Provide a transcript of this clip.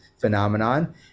phenomenon